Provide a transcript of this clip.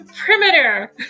Perimeter